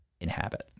inhabit